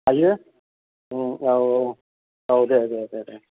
हायो उम औ औ औ दे दे दे